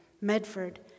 Medford